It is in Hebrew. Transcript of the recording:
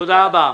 תודה רבה.